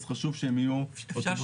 אז חשוב שהם יהיו חשמליים.